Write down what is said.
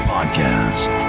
Podcast